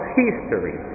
history